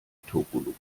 topologie